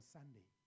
Sunday